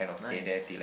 nice